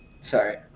Sorry